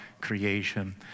creation